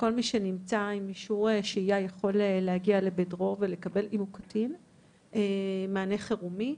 וכל מי שנמצא עם אישור שהייה יכול להגיע ל'בית דרור' ולקבל מענה חירומי.